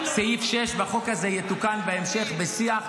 -- סעיף 6 בחוק הזה יתוקן בהמשך בשיח,